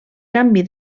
canvi